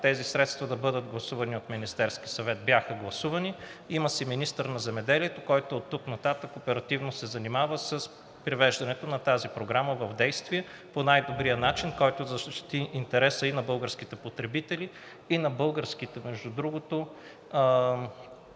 тези средства да бъдат гласувани от Министерския съвет – бяха гласувани. Има си министър на земеделието, който оттук нататък оперативно се занимава с привеждането на тази програма в действие по най-добрия начин, който да защити интереса и на българските потребители и на българските земеделци,